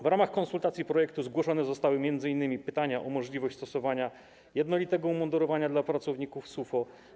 W ramach konsultacji projektu zgłoszone zostały m.in. pytania o możliwość stosowania jednolitego umundurowania w przypadku pracowników SUFO.